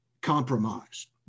compromised